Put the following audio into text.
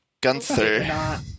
Gunther